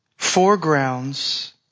foregrounds